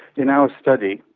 in our study,